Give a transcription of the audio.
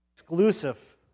Exclusive